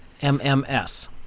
MMS